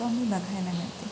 कमी बघायला मिळते